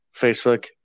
Facebook